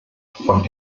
von